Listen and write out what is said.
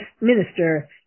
minister